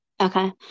Okay